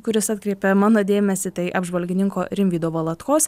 kuris atkreipė mano dėmesį tai apžvalgininko rimvydo valatkos